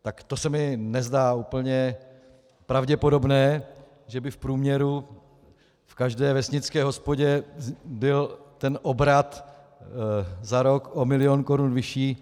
Tak to se mi nezdá úplně pravděpodobné, že by v průměru v každé vesnické hospodě byl ten obrat za rok o milion korun vyšší.